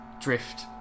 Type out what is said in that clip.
drift